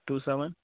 two seven